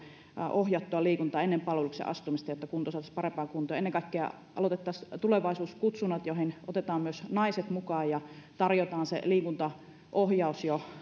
ohjattua liikuntaa ennen palvelukseen astumista että kunto saataisiin parempaan kuntoon ennen kaikkea aloitettaisiin tulevaisuuskutsunnat joihin otetaan myös naiset mukaan ja tarjotaan se liikuntaohjaus jo